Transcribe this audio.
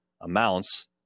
amounts